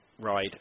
ride